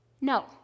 no